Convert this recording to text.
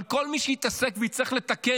אבל כל מי שהתעסק ויצטרך לתקן,